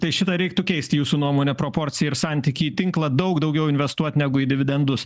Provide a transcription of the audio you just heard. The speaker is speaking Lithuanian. tai šitą reiktų keisti jūsų nuomone proporciją ir santykį tinklą daug daugiau investuot negu į dividendus